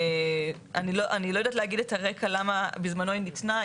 אני לא יודעת להגיד את הרקע למה בזמנו היא ניתנה.